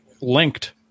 linked